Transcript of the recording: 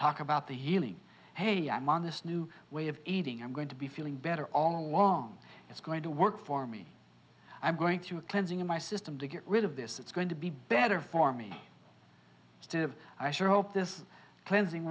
talk about the unique hey i'm on this new way of eating i'm going to be feeling better all along it's going to work for me i'm going through a cleansing of my system to get rid of this it's going to be better for me still i sure hope this cleansing